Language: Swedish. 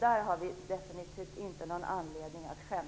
Där har vi definitivt inte anledning att skämmas!